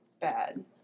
bad